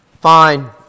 fine